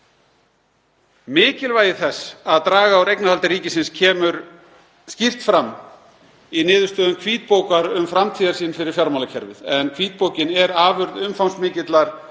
Mikilvægi þess að draga úr eignarhaldi ríkisins kemur skýrt fram í niðurstöðum Hvítbókar um framtíðarsýn fyrir fjármálakerfið, en hvítbókin er afurð umfangsmikillar